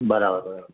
બરાબર બરાબર